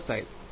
ચોક્કસ સાહેબ